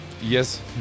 Yes